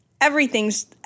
everything's